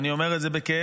אני אומר את זה בכאב,